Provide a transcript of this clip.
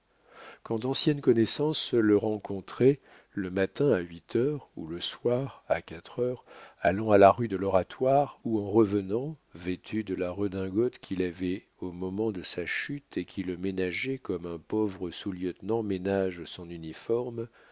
quand d'anciennes connaissances le rencontraient le matin à huit heures ou le soir à quatre heures allant à la rue de l'oratoire ou en revenant vêtu de la redingote qu'il avait au moment de sa chute et qu'il ménageait comme un pauvre sous-lieutenant ménage son uniforme